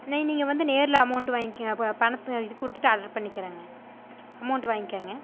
நீ நீங்கள் வந்து நேரில் அமௌண்ட்டு வாய்ங்கங்க பா பணத்தை இது கொடுத்துட்டு ஆர்ட்ரு பண்ணிக்கிறேங்க அமௌண்ட்டு வாய்ங்கிங்க